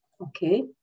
Okay